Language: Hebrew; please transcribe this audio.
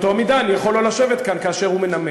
באותה מידה אני יכול לא לשבת כאן כשהוא מנמק.